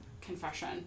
confession